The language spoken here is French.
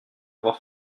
avoir